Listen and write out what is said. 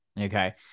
Okay